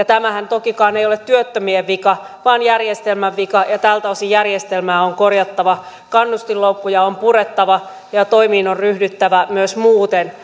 tämähän tokikaan ei ole työttömien vika vaan järjestelmän vika ja ja tältä osin järjestelmää on korjattava kannustinloukkuja on purettava ja toimiin on ryhdyttävä myös muuten